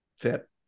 fit